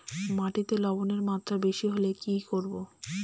মাটিতে লবণের মাত্রা বেশি হলে কি করব?